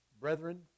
Brethren